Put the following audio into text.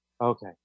Okay